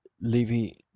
Levy